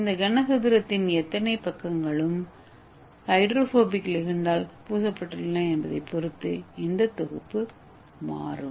இந்த கனசதுரத்தின் எத்தனை பக்கங்களும் ஹைட்ரோபோபிக் லிகண்டால் பூசப்பட்டுள்ளன என்பதைப் பொறுத்து இந்த தொகுப்பு மாறும்